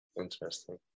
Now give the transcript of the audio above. Interesting